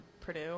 Purdue